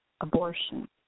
abortion